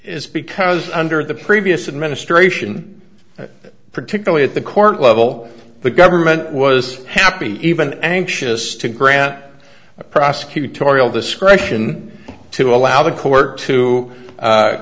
is because under the previous administration particularly at the court level the government was happy even anxious to grant prosecutorial discretion to allow the court to